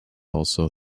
also